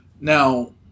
Now